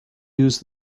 use